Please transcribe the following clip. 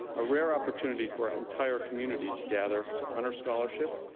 a rare opportunity for an entire community to gather to honor scholarship,